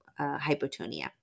hypotonia